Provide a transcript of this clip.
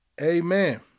amen